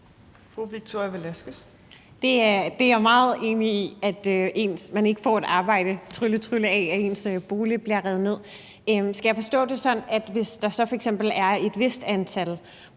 Jeg er meget enig i, at man ikke får et arbejde – trylle, trylle – af, at ens bolig bliver revet ned. Skal jeg forstå det sådan, at hvis der så f.eks. er en vis